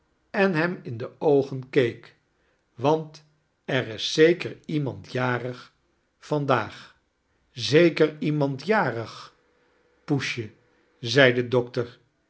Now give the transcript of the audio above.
en hem in de oogen keek want er is zeker iemand jarig vandaag charles dickens zeker remand jarig pciesje zei de doctor